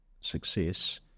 success